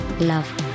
love